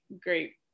great